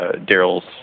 Daryl's